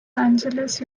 angeles